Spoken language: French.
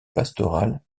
pastorale